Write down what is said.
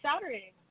Saturday